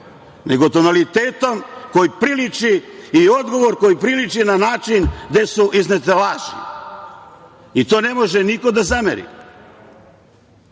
nego tonalitetom koji priliči i odgovor koji priliči na način gde su iznete laži. I to ne može niko da zameri.